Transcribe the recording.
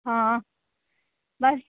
आं बस